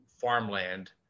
farmland